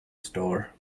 store